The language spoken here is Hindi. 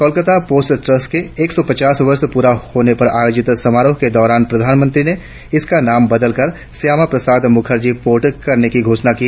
कोलकाता पोर्ट ट्रस्ट के एक सौ प आस वर्ष प्ररे होने पर आयोजित समारोह के दौरान प्रधानमंत्री ने इसका नाम बदलकर स्यामा प्रसाद मुखर्जी पोर्ट करने की घोषणा की